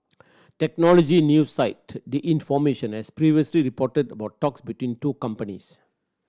technology news site the information has previously reported about talks between two companies